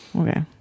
okay